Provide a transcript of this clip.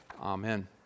Amen